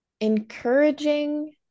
encouraging